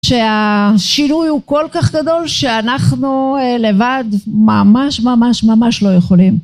שהשינוי הוא כל כך גדול שאנחנו לבד ממש ממש ממש לא יכולים